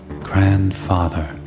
grandfather